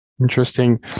interesting